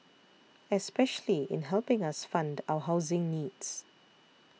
especially in helping us fund our housing needs